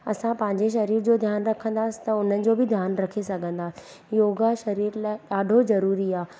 असां पंहिंजे शरीर जो ध्यानु रखंदासीं त हुननि जो बि ध्यानु रखी सघंदा योगा शरीर लाइ ॾाढो ज़रूरी आहे